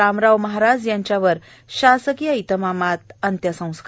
रामराव महाराज यांच्यावर शासकीय इतमामात अंत्यसंस्कार